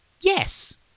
yes